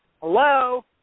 Hello